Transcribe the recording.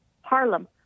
Harlem